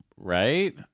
Right